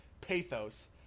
pathos